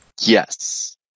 Yes